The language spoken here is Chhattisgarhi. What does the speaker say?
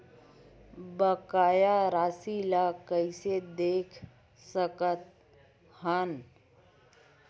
बकाया राशि ला कइसे देख सकत हान?